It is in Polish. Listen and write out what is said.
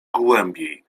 głębiej